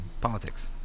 politics